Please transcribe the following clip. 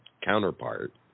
counterpart